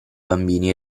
bambini